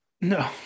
No